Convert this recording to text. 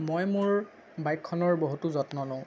মই মোৰ বাইকখনৰ বহুতো যত্ন লওঁ